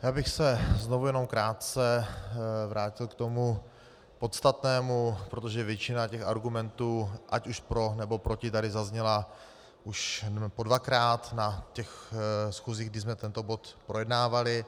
Já bych se znovu jenom krátce vrátil k tomu podstatnému, protože většina argumentů ať už pro, nebo proti tady zazněla už podvakrát na schůzích, kdy jsme tento bod projednávali.